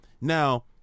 Now